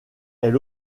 est